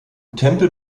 tempel